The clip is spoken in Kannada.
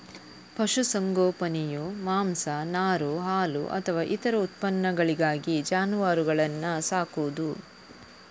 ಪಶು ಸಂಗೋಪನೆಯು ಮಾಂಸ, ನಾರು, ಹಾಲು ಅಥವಾ ಇತರ ಉತ್ಪನ್ನಗಳಿಗಾಗಿ ಜಾನುವಾರುಗಳನ್ನ ಸಾಕುದು